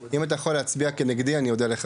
אם אתה יכול להצביע כנגדי, אני אודה לך.